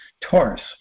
Taurus